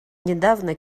недавно